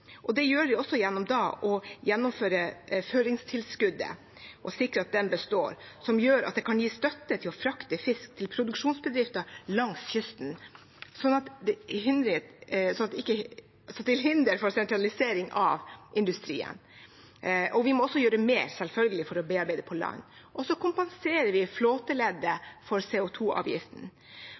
Det gjør vi ved å gjennomføre føringstilskuddet og sikre at det består, som gjør at det kan gis støtte til å frakte fisk til produksjonsbedrifter langs kysten, til hinder for sentralisering av industrien. Vi må selvfølgelig også gjøre mer for å bearbeide på land. Vi kompenserer også flåteleddet for